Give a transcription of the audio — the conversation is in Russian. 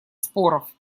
споров